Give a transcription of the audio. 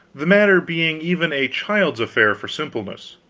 the matter being even a child's affair for simpleness.